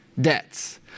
debts